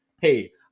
Hey